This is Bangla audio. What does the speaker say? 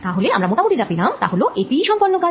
তা হলে আমরা মোটামুটি যা পেলাম তা হল এটিই সম্পন্ন কাজ